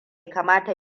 kamata